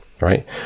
Right